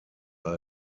are